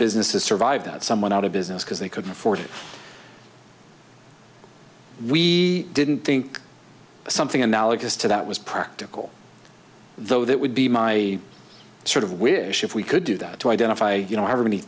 businesses survive that someone out of business because they couldn't afford we didn't think something analogous to that was practical though that would be my sort of wish if we could do that to identify you know however many